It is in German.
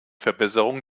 verbesserung